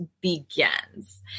begins